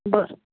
बरं